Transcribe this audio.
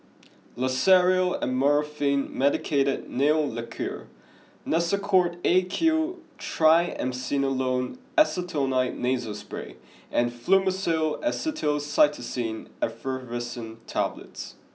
Loceryl Amorolfine Medicated Nail Lacquer Nasacort A Q Triamcinolone Acetonide Nasal Spray and Fluimucil Acetylcysteine Effervescent Tablets